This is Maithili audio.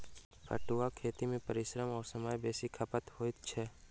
पटुआक खेती मे परिश्रम आ समय बेसी खपत होइत छै